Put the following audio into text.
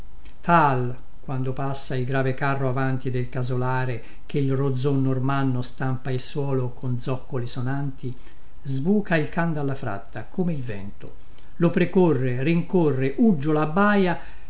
tal quando passa il grave carro avanti del casolare che il rozzon normanno stampa il suolo con zoccoli sonanti sbuca il can dalla fratta come il vento lo precorre rincorre uggiola abbaia